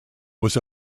was